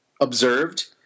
observed